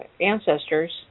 ancestors